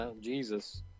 Jesus